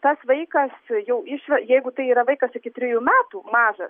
tas vaikas jau išve jeigu tai yra vaikas iki trijų metų mažas